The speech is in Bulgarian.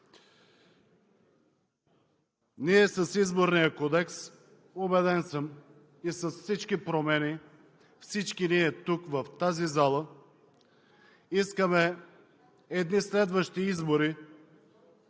С Изборния кодекс, убеден съм, и с всички промени, всички ние тук в тази зала искаме едни следващи избори